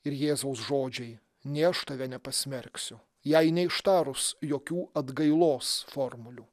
ir jėzaus žodžiai nė aš tave nepasmerksiu jai neištarus jokių atgailos formulių